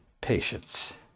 patience